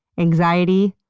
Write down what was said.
anxiety,